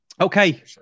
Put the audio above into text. Okay